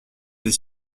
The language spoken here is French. des